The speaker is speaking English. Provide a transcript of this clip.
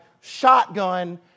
shotgun